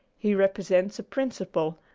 he represents a principle,